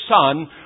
son